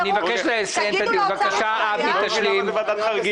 האם תגידו למשרד האוצר שאין בעיה?